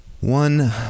one